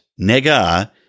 nega